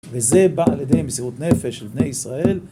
וזה בא על ידי מסירות נפש לבני ישראל.